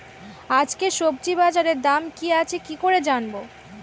আজকে সবজি বাজারে দাম কি আছে কি করে জানবো?